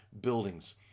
buildings